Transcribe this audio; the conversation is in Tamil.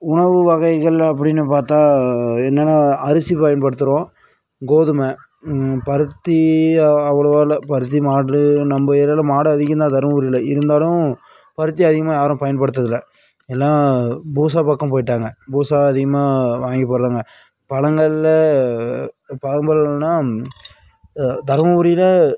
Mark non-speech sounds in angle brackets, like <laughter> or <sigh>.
உணவு வகைகள் அப்படின்னு பார்த்தா என்னென்னா அரிசி பயன்படுத்துகிறோம் கோதுமை பருத்தி அவ்வளோவா இல்லை பருத்தி மாடு நம்ம ஏரியாவில் மாடு அதிகம் தான் தருமபுரிலயில் இருந்தாலும் பருத்தி அதிகமாக யாரும் பயன்படுத்துகிறது இல்லை எல்லாம் <unintelligible> பக்கம் போய்விட்டாங்க <unintelligible> அதிகமாக வாங்கி போடுறாங்க பழங்களில் பழங்கள்னா தருமபுரியில்